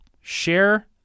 share